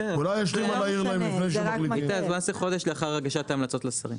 בסדר, אז בוא נעשה חודש לאחר הגשת המלצות לשרים.